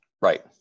Right